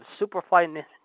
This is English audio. superfly